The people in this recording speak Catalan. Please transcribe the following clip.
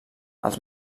els